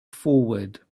forward